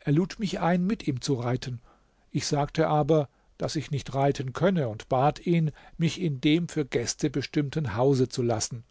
er lud mich ein mit ihm zu reiten ich sagte aber daß ich nicht reiten könne und bat ihn mich in dem für gäste bestimmten hause zu lassen